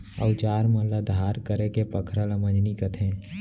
अउजार मन ल धार करेके पखरा ल मंजनी कथें